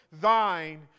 thine